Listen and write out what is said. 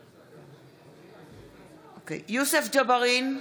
בעד יוסף ג'בארין,